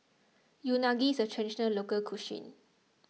Unagi is a Traditional Local Cuisine